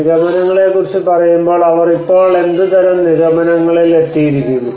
നിഗമനങ്ങളെക്കുറിച്ച് പറയുമ്പോൾ അവർ ഇപ്പോൾ എന്തുതരം നിഗമനങ്ങളിൽ എത്തിയിരിക്കുന്നു